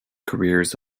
careers